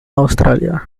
australia